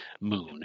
moon